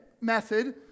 method